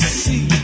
see